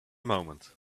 moment